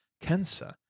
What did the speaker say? cancer